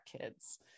kids